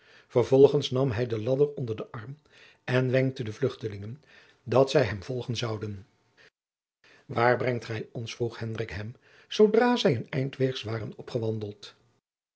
vervolgens nam hij den ladder onder den arm en wenkte de vluchtelingen dat zij hem volgen zouden waar brengt gij ons vroeg hendrik hem zoodra zij een eindweegs waren opgewandeld